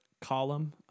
column